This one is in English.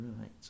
Right